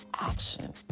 action